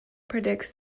predicts